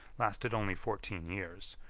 lasted only fourteen years,